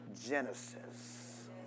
Genesis